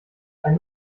ein